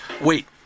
Wait